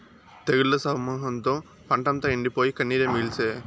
తెగుళ్ల సమూహంతో పంటంతా ఎండిపోయి, కన్నీరే మిగిల్సే